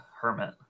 hermit